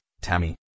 Tammy